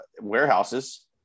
Warehouses